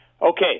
Okay